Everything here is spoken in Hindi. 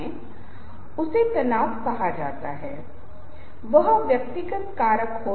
अब इन चीजों को अक्सर पहले कुछ क्षणों द्वारा तय किया जाता है ठीक है क्या लोग आपकी बात सुनेंगे